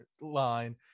line